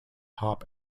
hop